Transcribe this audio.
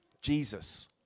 Jesus